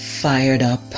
fired-up